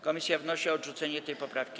Komisja wnosi o odrzucenie tej poprawki.